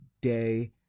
day